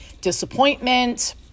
Disappointment